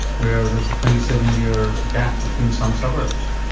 where there's a twenty seven year gap between some suburbs.